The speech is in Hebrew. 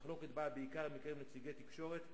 המחלוקת באה בעיקר מקרב נציגי תקשורת,